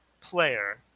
Player